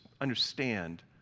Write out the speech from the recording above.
understand